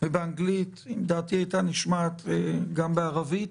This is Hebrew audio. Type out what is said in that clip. ובאנגלית ואם דעתי הייתה נשמעת, גם בערבית.